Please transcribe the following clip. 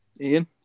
Ian